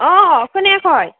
अ खोनायाखै